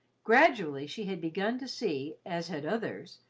gradually she had begun to see, as had others,